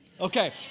Okay